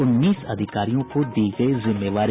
उन्नीस अधिकारियों को दी गयी जिम्मेवारी